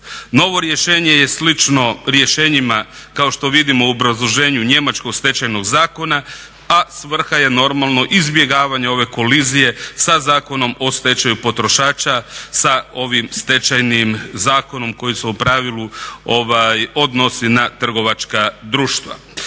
Novo rješenje je slično rješenjima kao što vidimo u obrazloženju Njemačkog Stečajnog zakona, a svrha je normalno izbjegavanje ove kolizije sa Zakonom o stečaju potrošača, sa ovim stečajnim zakonom koji su u pravilu odnosi na trgovačka društva.